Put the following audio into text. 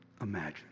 imagine